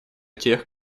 тех